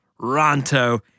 Ronto